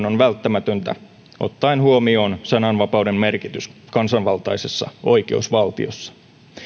on välttämätöntä ottaen huomioon sananvapauden merkitys kansanvaltaisessa oikeusvaltiossa